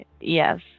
Yes